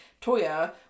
Toya